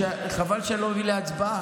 חבל שאני לא מביא להצבעה?